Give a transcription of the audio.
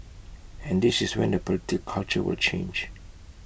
and this is when the political culture will change